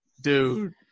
Dude